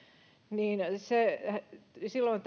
silloin